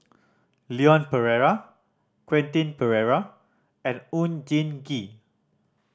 Leon Perera Quentin Pereira and Oon Jin Gee